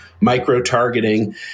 micro-targeting